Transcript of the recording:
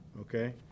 okay